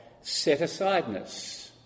set-asideness